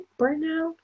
burnout